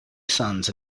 sons